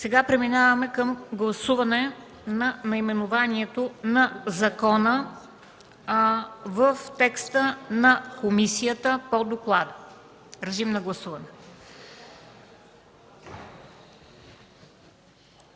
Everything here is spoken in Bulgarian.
Сега преминаваме към гласуване на наименованието на закона в текста на комисията, по доклад. Режим на гласуване.